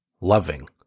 loving